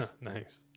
Nice